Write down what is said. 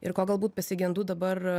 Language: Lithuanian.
ir ko galbūt pasigendu dabar